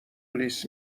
لیس